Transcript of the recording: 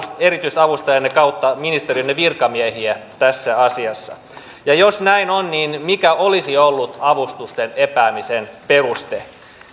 erityisavustajanne kautta ministeriönne virkamiehiä tässä asiassa jos näin on niin mikä olisi ollut avustusten epäämisen peruste